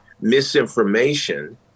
misinformation